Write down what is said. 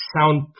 sound